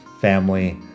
family